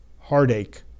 heartache